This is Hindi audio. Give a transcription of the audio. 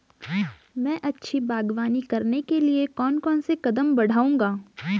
मैं अच्छी बागवानी करने के लिए कौन कौन से कदम बढ़ाऊंगा?